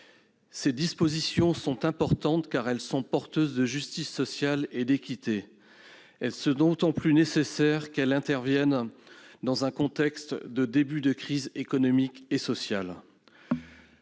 Ces dispositions sont importantes, car elles sont porteuses de justice sociale et d'équité. Elles sont d'autant plus nécessaires qu'elles interviennent dans un contexte de début de crise économique et sociale.